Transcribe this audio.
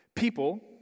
People